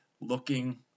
looking